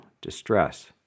distress